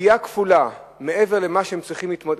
פגיעה כפולה, מעבר למה שהם צריכים להתמודד.